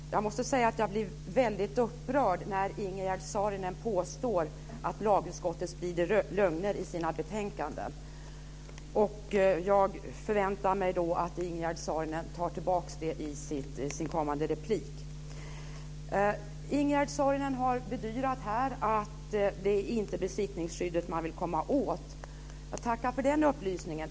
Fru talman! Jag måste säga att jag blir väldigt upprörd när Ingegerd Saarinen påstår att lagutskottet sprider lögner i sina betänkanden. Jag förväntar mig att Ingegerd Saarinen tar tillbaka detta i sin kommande replik. Ingegerd Saarinen har här bedyrat att det inte är besittningsskyddet som man vill komma åt. Jag tackar för den upplysningen.